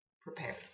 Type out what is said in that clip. prepared